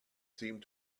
seemed